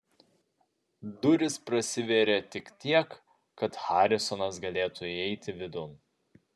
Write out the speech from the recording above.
durys prasivėrė tik tiek kad harisonas galėtų įeiti vidun